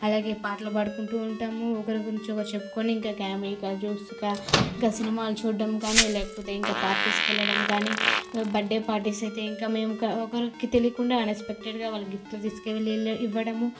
అలాగే పాటలు పాడుకుంటూ ఉంటాము ఒకరి గురించి ఒకరు చెప్పుకొని ఇంకా కామెడీ ఇంకా జోక్స్గా ఇంకా సినిమాలు చూడడం కానీ లేకపోతే ఇంకా పార్టీస్కి వెళ్లడం గాని బర్త్డే పార్టీస్ అయితే ఇంకా మేము ఒక ఒకరికి తెలియకుండా అన్ఎక్స్పెక్ట్గా వాళ్లకి గిఫ్ట్లు తీసుకుని వెళ్లి ఇవ్వడము